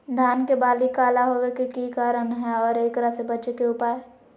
धान के बाली काला होवे के की कारण है और एकरा से बचे के उपाय?